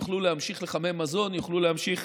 יוכלו להמשיך לחמם מזון ויוכלו להמשיך,